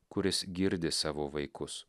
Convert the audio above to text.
kuris girdi savo vaikus